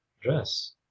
Dress